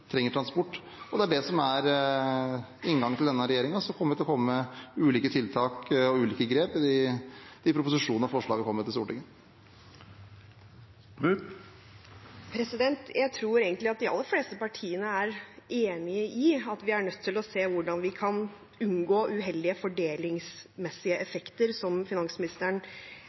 det som er inngangen til denne regjeringen. Så vil vi komme med ulike tiltak og ulike grep i proposisjonen, når forslaget kommer til Stortinget. Jeg tror egentlig at de aller fleste partiene er enige i at vi er nødt til å se på hvordan vi kan unngå uheldige fordelingsmessige effekter, slik finansministeren